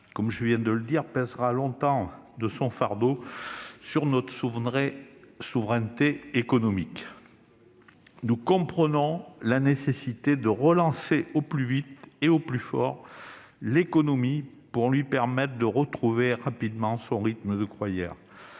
l'année 2020 pèsera encore longtemps de son fardeau sur notre souveraineté économique. Nous comprenons la nécessité de relancer, au plus vite et au plus fort, l'économie, pour lui permettre de retrouver rapidement son rythme de croisière.